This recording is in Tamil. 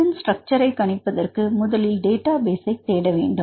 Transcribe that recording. இதன் ஸ்ட்ரக்சர் ஐ கணிப்பதற்கு முதலில் டேட்டாபேஸ் தேட வேண்டும்